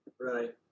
right